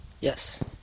Yes